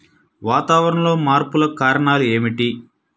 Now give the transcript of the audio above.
వాతావరణంలో మార్పులకు కారణాలు ఏమిటి?